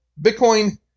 Bitcoin